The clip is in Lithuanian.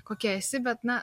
kokia esi bet na